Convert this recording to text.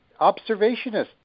observationist